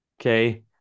Okay